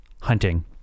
hunting